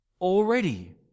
already